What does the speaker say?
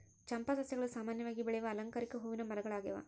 ಚಂಪಾ ಸಸ್ಯಗಳು ಸಾಮಾನ್ಯವಾಗಿ ಬೆಳೆಯುವ ಅಲಂಕಾರಿಕ ಹೂವಿನ ಮರಗಳಾಗ್ಯವ